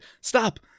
Stop